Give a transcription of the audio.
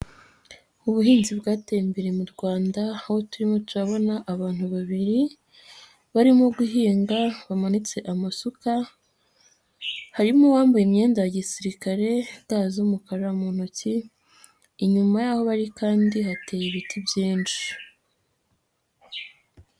Ubuhinzi bwateye imbere mu Rwanda aho turimo turabona abantu babiri barimo guhinga bamanitse amasuka, harimo uwambaye imyenda ya gisirikare, ga z'umukara mu ntoki, inyuma yaho bari kandi hateye ibiti byinshi.